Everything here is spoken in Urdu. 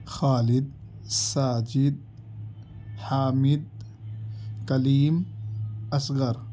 خالد ساجد حامد کلیم اصغر